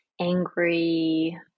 angry